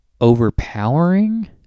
overpowering